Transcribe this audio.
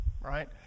right